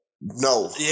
no